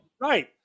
Right